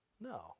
No